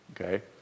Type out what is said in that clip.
Okay